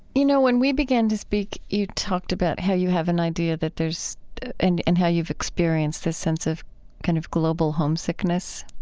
you know, when we began to speak, you talked about how you have an idea that there's and and how you've experienced a sense of kind of global homesickness.